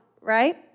right